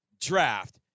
draft